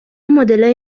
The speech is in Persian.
مدلای